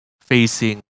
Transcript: facing